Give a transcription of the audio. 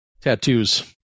tattoos